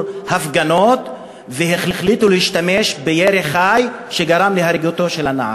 הפגנות והחליטו להשתמש בירי חי שגרם להריגתו של הנער?